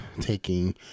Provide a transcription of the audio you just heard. Taking